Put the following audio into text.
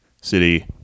City